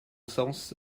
sens